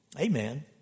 Amen